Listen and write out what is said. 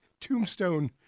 Tombstone